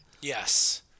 Yes